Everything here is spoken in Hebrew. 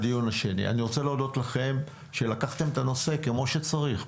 אני רוצה להודות לכם על כך שלקחתם את הנושא כמו שצריך,